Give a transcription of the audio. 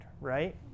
right